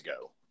go